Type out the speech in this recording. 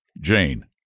Jane